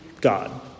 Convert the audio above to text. God